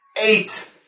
Eight